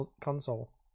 console